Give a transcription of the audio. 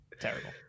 Terrible